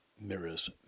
mirrors